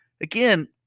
again